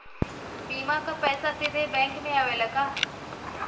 बीमा क पैसा सीधे बैंक में आवेला का?